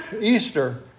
Easter